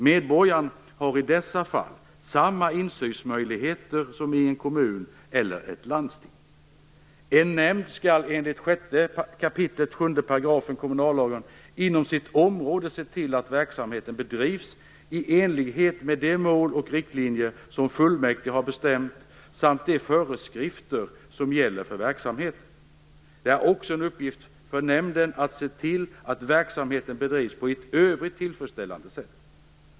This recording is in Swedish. Medborgaren har i dessa fall samma insynsmöjligheter som i en kommun eller ett landsting. En nämnd skall enligt 6 kap. 7 § kommunallagen inom sitt område se till att verksamheten bedrivs i enlighet med de mål och riktlinjer som fullmäktige har bestämt samt de föreskrifter som gäller för verksamheten. Det är också en uppgift för nämnden att se till att verksamheten bedrivs på ett i övrigt tillfredsställande sätt.